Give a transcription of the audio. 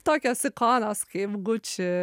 tokios ikonos kaip gucci